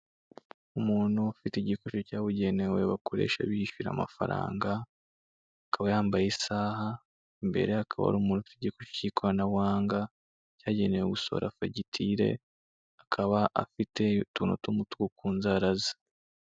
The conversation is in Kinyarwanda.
Umuntu ufite igikoresho cyabugenewe, bakoresha bishyura amafaranga, akaba yambaye isaha, imbere hakaba hari umuntu ufite igikoresho cy'ikoranabuhanga, cyagenewe gusohora fagitire, akaba afite utuntu tw'umutuku ku nzara ze.